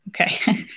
Okay